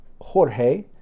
Jorge